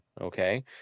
Okay